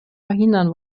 verhindern